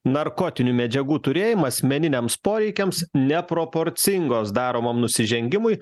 narkotinių medžiagų turėjimą asmeniniams poreikiams neproporcingos daromam nusižengimui